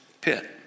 pit